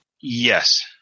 Yes